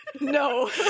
No